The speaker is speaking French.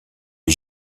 les